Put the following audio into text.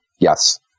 Yes